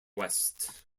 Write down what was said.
west